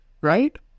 right